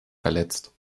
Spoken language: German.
verletzt